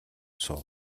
суув